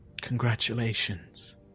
Congratulations